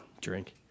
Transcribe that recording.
drink